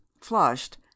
flushed